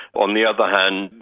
on the other hand,